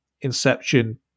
Inception